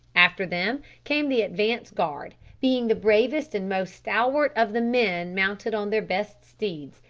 after them came the advance-guard, being the bravest and most stalwart of the men mounted on their best steeds,